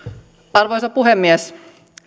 arvoisa puhemies